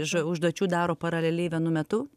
už užduočių daro paraleliai vienu metu